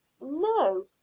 No